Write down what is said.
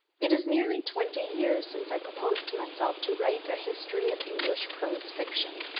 it is nearly twenty years since i proposed to myself to write a history of english prose fiction.